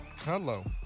hello